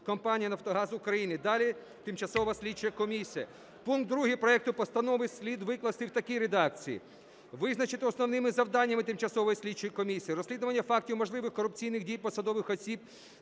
компанія "Нафтогаз України" (далі – Тимчасова слідча комісія)." Пункт 2 проекту постанови слід викласти в такій редакції: "Визначити основними завданнями Тимчасової слідчої комісії: розслідування фактів можливих корупційних дій посадових осіб